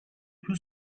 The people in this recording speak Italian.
più